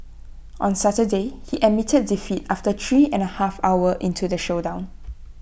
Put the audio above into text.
on Saturday he admitted defeat after three and A half hour into the showdown